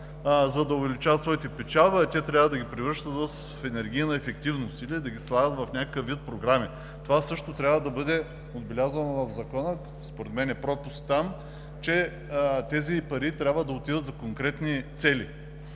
за да увеличават своята печалба, а те трябва да ги превръщат в енергийна ефективност или да ги слагат в някакъв вид програми. Това също трябва да бъде отбелязано в Закона и според мен е пропуск, че тези пари трябва да отидат за конкретни цели,